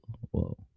Whoa